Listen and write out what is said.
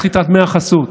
זה, על סחיטת דמי החסות.